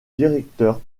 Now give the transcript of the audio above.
directeur